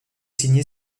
signé